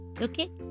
okay